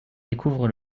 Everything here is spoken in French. découvre